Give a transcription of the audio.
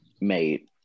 made